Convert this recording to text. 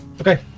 okay